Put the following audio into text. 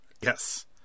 Yes